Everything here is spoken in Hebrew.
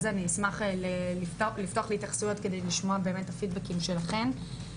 זה אני אשמח לפתוח להתייחסויות כדי לשמוע את הפידבקים שלכם.